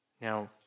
Now